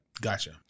Gotcha